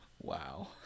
Wow